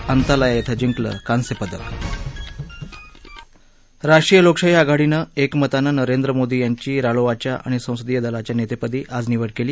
Antalya इथं जिंकले कांस्य पदक राष्ट्रीय लोकशाही आघाडीनं एकमतानं नरेंद्र मोदी यांची रालोआच्या आणि संसदीय दलाच्या नेतेपदी आज निवड केली